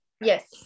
Yes